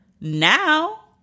now